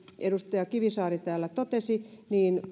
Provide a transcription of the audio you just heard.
edustaja kivisaari täällä totesi